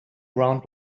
ground